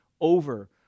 over